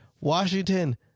Washington